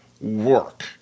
work